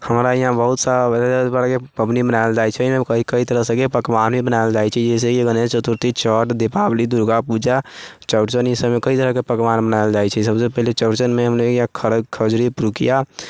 हमरा यहाँ बहुत सारा पबनी मनायल जाइ छै कई कई तरह तरहसेँ के पकवाने बनायल जाइ छै जैसे गणेश चतुर्थी छठ दीपावली दुर्गा पूजा चौरचन ई सबमे कई तरहके पकवान बनायल जाइ छै सबसँ पहिले चौरचनमे हमनी लोगके खजूरी पिरुकिया